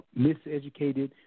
miseducated